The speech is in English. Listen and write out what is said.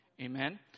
Amen